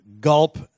gulp